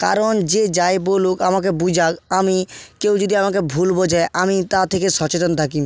কারণ যে যাই বলুক আমাকে বোঝাক আমি কেউ যদি আমাকে ভুল বোঝায় আমি তা থেকে সচেতন থাকি